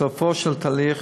בסופו של תהליך,